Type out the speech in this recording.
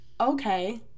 okay